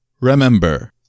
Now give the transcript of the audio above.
Remember